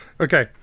Okay